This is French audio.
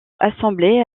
assemblée